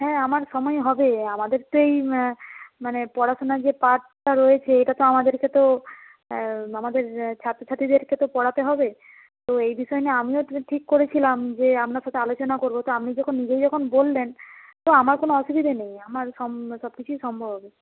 হ্যাঁ আমার সময় হবে আমাদের তো এই মানে পড়াশোনার যে পার্টটা রয়েছে এটা তো আমাদেরকে তো আমাদের ছাত্রছাত্রীদেরকে তো পড়াতে হবে তো এই বিষয় নিয়ে আমিও ঠিক করেছিলাম যে আপনার সাথে আলোচনা করবো তো আপনি যখন নিজেই যখন বললেন তো আমার কোনো অসুবিধা নেই আমার সবকিছুই সম্ভব হবে